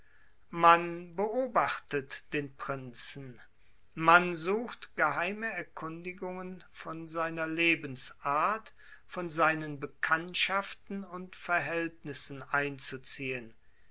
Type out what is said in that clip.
man beobachtet den prinzen man sucht geheime erkundigungen von seiner lebensart von seinen bekanntschaften und verhältnissen einzuziehen